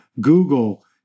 Google